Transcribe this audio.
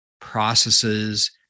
processes